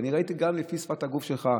וראיתי גם לפי שפת הגוף שלך.